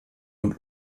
und